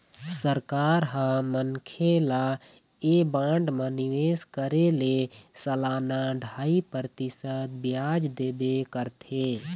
सरकार ह मनखे ल ऐ बांड म निवेश करे ले सलाना ढ़ाई परतिसत बियाज देबे करथे